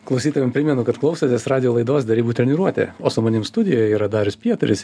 klausytojam primenu kad klausotės radijo laidos derybų treniruotė o su manim studijoj yra darius pietaris